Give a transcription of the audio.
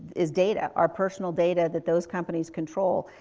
is data, our personal data that those companies control.